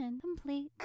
complete